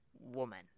woman